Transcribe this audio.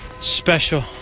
special